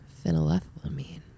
Phenylethylamine